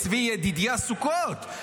צבי ידידיה סוכות,